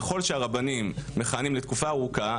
ככל שהרבנים מכהנים לתקופה ארוכה,